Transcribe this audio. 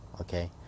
okay